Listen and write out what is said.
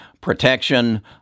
protection